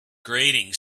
grating